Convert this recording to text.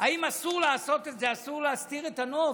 אם אסור לעשות את זה, אסור להסתיר את הנוף,